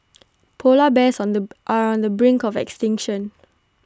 Polar Bears on the are on the brink of extinction